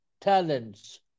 talents